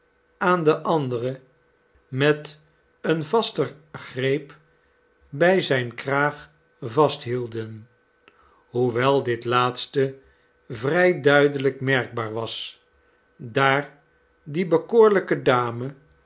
aan de andere met een vaster greep bij zijn kraag vasthielden hoewel dit laatste vrij duidelijk merkbaar was daar die bekoorlijke dame